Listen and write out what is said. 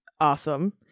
awesome